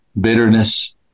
bitterness